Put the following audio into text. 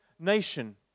Nation